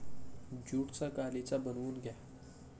ज्यूटचा गालिचा बनवून घ्या